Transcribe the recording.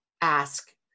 ask